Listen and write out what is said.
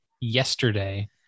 yesterday